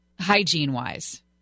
Hygiene-wise